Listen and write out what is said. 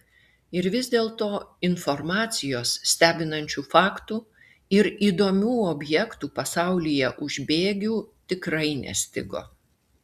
ir vis dėlto informacijos stebinančių faktų ir įdomių objektų pasaulyje už bėgių tikrai nestigo